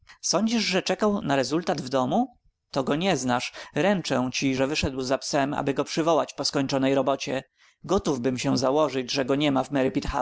sądzisz że czekał na rezultat w domu to go me znasz ręczę że wyszedł za psem aby go przywołać po skończonej robocie gotówbym się założyć że go niema w